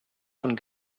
von